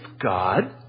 God